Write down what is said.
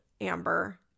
Amber